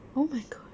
oh my god